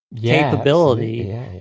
capability